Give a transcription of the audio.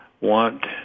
want